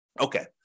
Okay